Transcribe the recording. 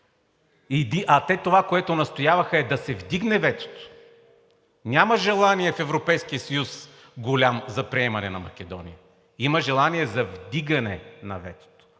А това, за което те настояваха, е да се вдигне ветото. Няма голямо желание в Европейския съюз за приемане на Македония. Има желание за вдигане на ветото.